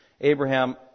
Abraham